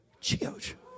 children